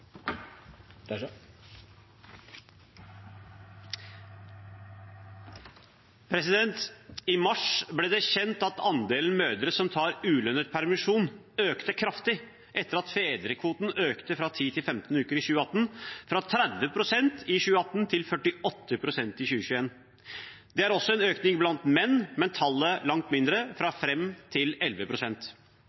I mars ble det kjent at andelen mødre som tar ulønnet permisjon, økte kraftig etter at fedrekvoten økte fra 10 til 15 uker i 2018, fra 30 pst. i 2018 til 48 pst. i 2021. Det er også en økning blant menn, men tallet er langt mindre: fra 5 pst. til